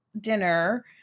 dinner